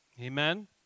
Amen